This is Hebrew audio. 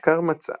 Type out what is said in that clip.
מחקר מצא